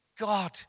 God